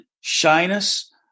shyness